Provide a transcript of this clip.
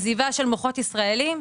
עזיבה של מוחות ישראליים.